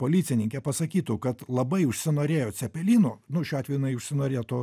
policininkė pasakytų kad labai užsinorėjo cepelinų nu šiuo atveju jinai užsinorėtų